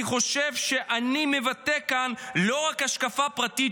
אני חושב שאני מבטא כאן לא רק השקפה פרטית